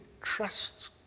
trust